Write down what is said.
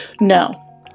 No